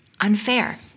unfair